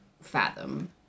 fathom